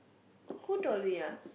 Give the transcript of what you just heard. who told me ah